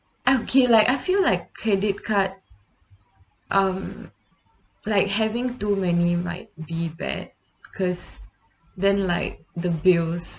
okay like I feel like credit card um like having too many might be bad because then like the bills